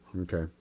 Okay